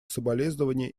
соболезнования